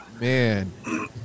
Man